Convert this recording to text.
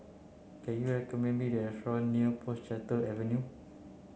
can you recommend me a restaurant near Portchester Avenue